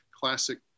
classic